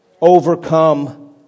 Overcome